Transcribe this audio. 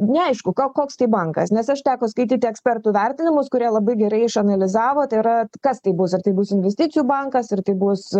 neaišku ko koks tai bankas nes aš teko skaityti ekspertų vertinimus kurie labai gerai išanalizavo tai yra kas tai bus ar tai bus investicijų bankas ar tai bus